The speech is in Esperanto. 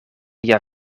via